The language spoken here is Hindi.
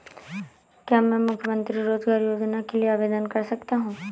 क्या मैं मुख्यमंत्री रोज़गार योजना के लिए आवेदन कर सकता हूँ?